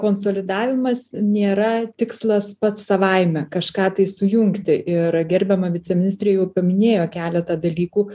konsolidavimas nėra tikslas pats savaime kažką tai sujungti ir gerbiama viceministrė jau paminėjo keletą dalykų